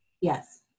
Yes